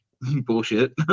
bullshit